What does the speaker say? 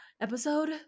episode